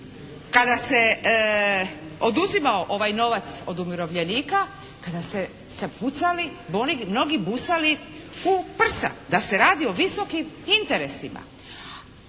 kada se oduzimao ovaj novac od umirovljenika, kada su se pucali, mnogi busali u prsa da se radi o visokim interesima.